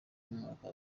umwaka